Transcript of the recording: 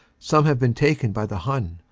some have been taken by the i-iun,